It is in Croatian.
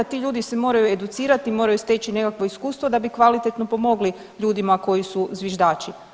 Ti ljudi se moraju educirati, moraju steći nekakvo iskustvo da bi kvalitetno pomogli ljudima koji su zviždači.